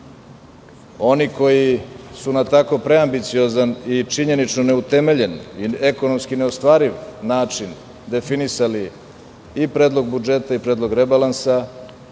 deo. Oni koji su na tako preambiciozan i činjenično neutemeljen, ekonomski neostvariv način definisali i predlog budžeta i predlog rebalansa,